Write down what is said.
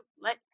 let